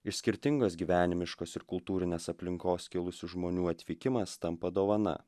iš skirtingos gyvenimiškos ir kultūrinės aplinkos kilusių žmonių atvykimas tampa dovana